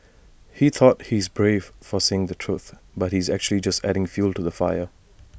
he thought he's brave for saying the truth but he's actually just adding fuel to the fire